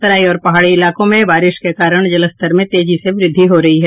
तराई और पहाड़ी इलाकों में बारिश के कारण जलस्तर में तेजी से वृद्धि हो रही है